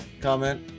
comment